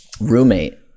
roommate